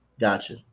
Gotcha